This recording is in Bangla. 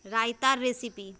রায়তার রেসিপি